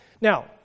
Now